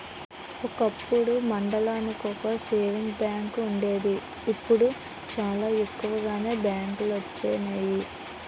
ఒకప్పుడు మండలానికో savings bank వుండేది ఇప్పుడు చాలా ఎక్కువగానే బ్యాంకులొచ్చినియి